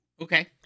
Okay